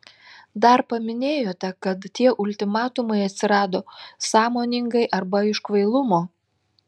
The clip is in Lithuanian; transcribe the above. dar paminėjote kad tie ultimatumai atsirado sąmoningai arba iš kvailumo